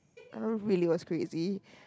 I really was crazy